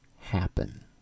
happen